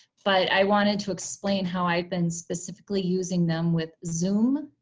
but i wanted to explain how i've been specifically using them with zoom,